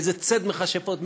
באיזה ציד מכשפות.